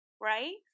right